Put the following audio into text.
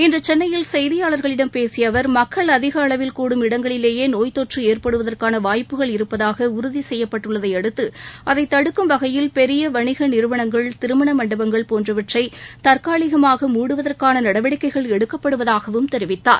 இன்று சென்னையில் செய்தியாளர்களிடம் பேசிய அவர் மக்கள் அதிக அளவில் கூடும் இடங்களிலேயே நோய் தொற்று ஏற்படுவதற்கான வாய்ப்புகள் இருப்பதாக உறதி செய்யப்பட்டுள்ளதையடுத்து அதை தடுக்கும் வகையில் பெரிய வணிக நிறுவனங்கள் திருமண மண்டபங்கள் போன்றவற்றை தற்காலிகமாக மூடுவதற்கான நடவடிக்கைகள் எடுக்கப்படுவதாகவும் தெரிவிக்கார்